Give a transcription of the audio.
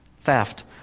theft